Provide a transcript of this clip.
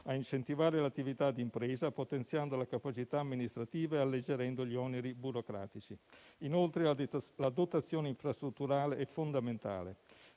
incentivare l'attività di impresa, potenziando la capacità amministrativa e alleggerendo gli oneri burocratici. Inoltre, la dotazione infrastrutturale è fondamentale.